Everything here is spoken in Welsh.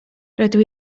rydw